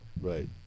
right